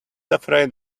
afraid